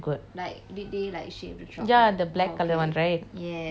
ya the black colour one right yes that's truffle ya I know I know